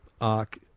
arc